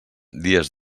dies